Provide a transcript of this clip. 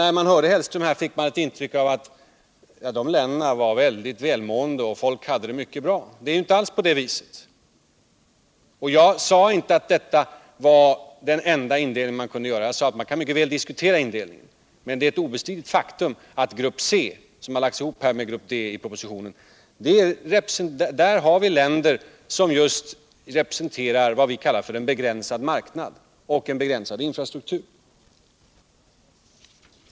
När man hörde Mats Hellström fick man ett intryck av att de länderna var vildigt välmående och att folk där hade det mycket bra. Men det är inte alls på det sättet. Jag sade inte att detta var den enda indelning som man kunde göra. Jag sade att man mycket väl kan diskutera indelningen. Ett obestridligt faktum är att grupp C, som lagts ihop med grupp Di propositionen, omfattar länder med begränsad marknad och med begränsad infrastruktur.